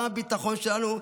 גם הביטחון שלנו.